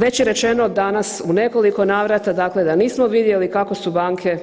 Već je rečeno danas u nekoliko navrata dakle da nismo vidjeli kako su banke